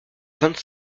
vingt